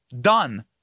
done